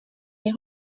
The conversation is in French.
les